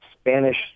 Spanish